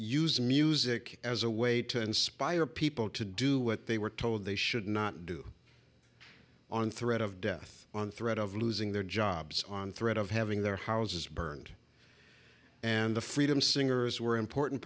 use music as a way to inspire people to do what they were told they should not do on threat of death on threat of losing their jobs on threat of having their houses burned and the freedom singers were important